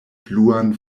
bluan